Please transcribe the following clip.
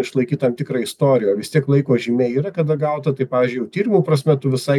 išlaikyt tam tikrą istoriją o vis tiek laiko žymė yra kada gauta tai pavyzdžiui jau tyrimų prasme tu visai